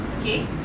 Okay